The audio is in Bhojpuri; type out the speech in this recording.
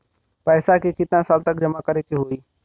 पैसा के कितना साल खातिर जमा करे के होइ?